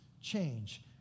change